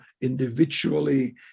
individually